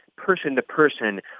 person-to-person